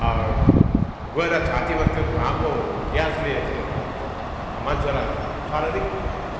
गएर छातीमा त्यो धुवाको ग्यासले मान्छेहरूलाई शारीरिक